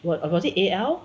or was it A_L